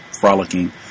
frolicking